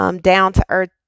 down-to-earth